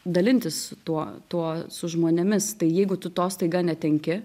dalintis tuo tuo su žmonėmis tai jeigu tu to staiga netenki